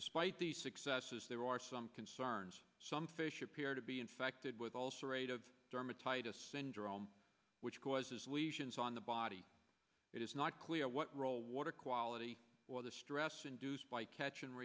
despite the successes there are some concerns some fish appear to be infected with also rate of dermatitis syndrome which causes lesions on the body it is not clear what role water quality or the stress induced by catch and